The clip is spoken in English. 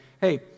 Hey